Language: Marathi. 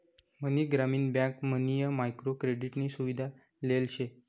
मनी ग्रामीण बँक मयीन मायक्रो क्रेडिट नी सुविधा लेल शे